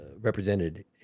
represented